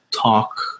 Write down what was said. talk